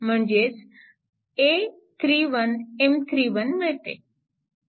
म्हणजेच a31M31 मिळते